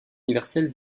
universel